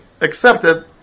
accepted